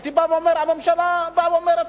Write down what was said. הייתי אומר שהממשלה באה ואומרת,